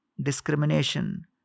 discrimination